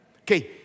Okay